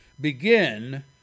begin